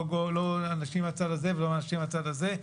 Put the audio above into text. לא אנשים מהצד הזה ולא אנשים מהצד הזה,